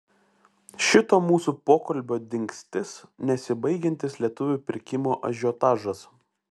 šito mūsų pokalbio dingstis nesibaigiantis lietuvių pirkimo ažiotažas